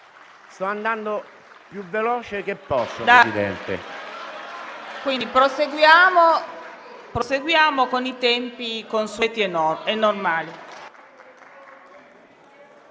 Sto andando più veloce che posso, Presidente. PRESIDENTE. Proseguiamo con i tempi consueti e normali.